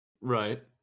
Right